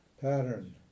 pattern